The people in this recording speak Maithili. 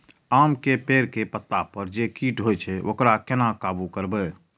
आम के पेड़ के पत्ता पर जे कीट होय छे वकरा केना काबू करबे?